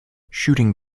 shooting